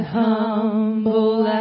humble